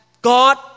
God